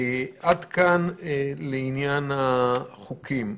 עד כאן לעניין החוקים.